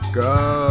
go